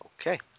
Okay